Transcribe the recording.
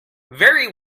very